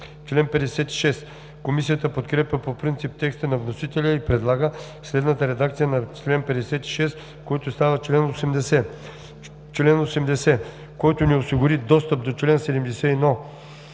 нарушение“. Комисията подкрепя по принцип текста на вносителя и предлага следната редакция на чл. 56, който става чл. 80: „Чл. 80. Който не осигури достъп по чл. 71,